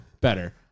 better